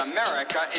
America